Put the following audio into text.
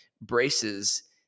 braces